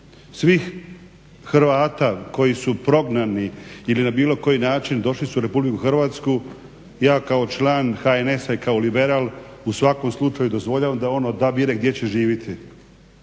svih Hrvata koji su prognani ili na bilo koji način došli su u RH. Ja kao član HNS-a i kao liberal u svakom slučaju dozvoljavam da on odabire gdje će živjeti.